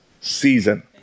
season